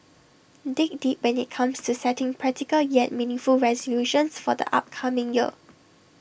dig deep when IT comes to setting practical yet meaningful resolutions for the upcoming year